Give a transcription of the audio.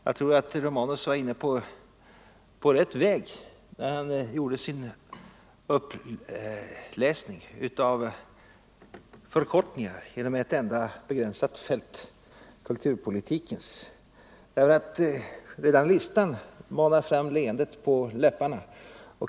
Jag tror att herr Romanus var inne på rätt väg när han gjorde sin uppläsning av förkortningar inom ett enda begränsat fält — kulturpolitiken. Redan listan manar fram leenden på läpparna.